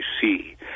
see